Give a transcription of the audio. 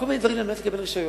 כל מיני דברים על מנת לקבל רשיון.